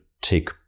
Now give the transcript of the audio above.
take